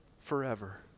forever